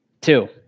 Two